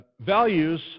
values